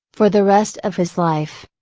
for the rest of his life.